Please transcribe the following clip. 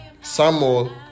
Samuel